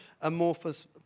amorphous